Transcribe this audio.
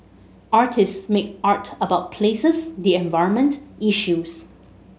artists make art about places the environment issues